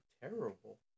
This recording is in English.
terrible